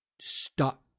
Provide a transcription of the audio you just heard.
stop